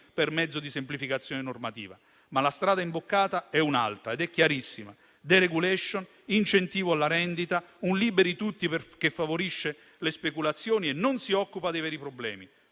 per mezzo di semplificazione normativa. La strada imboccata è invece un'altra ed è chiarissima: *deregulation*, incentivo alla rendita, un liberi tutti che favorisce le speculazioni e non si occupa dei veri problemi,